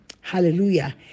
Hallelujah